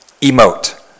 emote